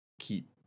keep